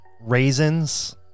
Raisins